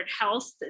health